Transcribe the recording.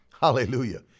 Hallelujah